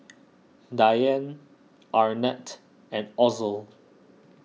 Dianne Arnett and Ozell